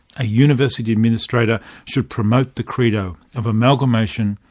a university administrator should promote the credo of amalgamation,